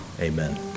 Amen